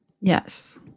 Yes